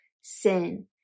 sin